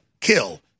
kill